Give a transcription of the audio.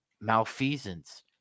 malfeasance